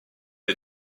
est